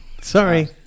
sorry